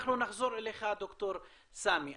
אנחנו נחזור אליך, ד"ר סאמי.